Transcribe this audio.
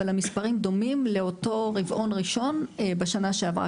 אבל המספרים דומים לאותו רבעון ראשון בשנה שעברה,